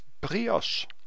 brioche